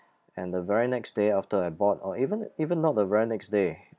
and the very next day after I bought or even even not the very next day